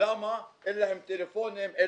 למה אין להם טלפונים.